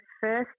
first